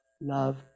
Love